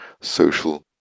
social